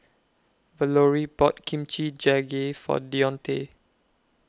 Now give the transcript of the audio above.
Valorie bought Kimchi Jjigae For Deontae